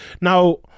Now